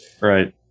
Right